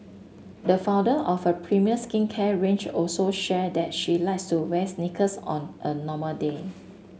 the founder of a premium skincare range also shared that she likes to wear sneakers on a normal day